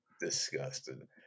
Disgusted